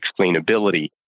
explainability